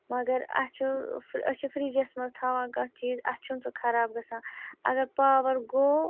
مگر اَسہِ چھُ أسۍ چھِ فرٛجَس منٛز تھاوان کانٛہہ چیٖز اَسہِ چھُنہٕ سُہ خراب گژھان اگر پاوَر گوٚو